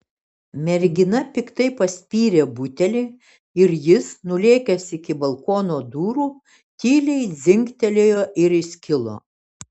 mergina piktai paspyrė butelį ir jis nulėkęs iki balkono durų tyliai dzingtelėjo ir įskilo